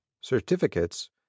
certificates